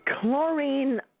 Chlorine